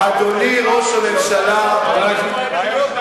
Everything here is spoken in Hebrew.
אדוני ראש הממשלה, האמת כואבת.